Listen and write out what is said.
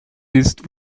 ist